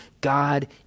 God